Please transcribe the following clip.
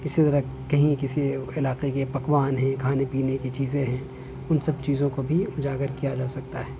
اسی طرح کہیں کسی علاقے کے پکوان ہیں کھانے پینے کی چیزیں ہیں ان سب چیزوں کو بھی اجاگر کیا جا سکتا ہے